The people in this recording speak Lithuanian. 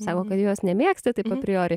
sako kad jos nemėgsta taip apriori